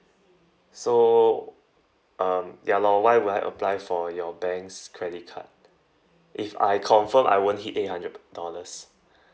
so um ya lor why would I apply for your bank's credit card if I confirm I won't hit eight hundred dollars